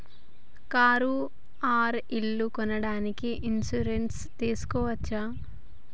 Car or ఇల్లు కొనడానికి insurance తీస్కోవచ్చా?